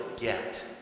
get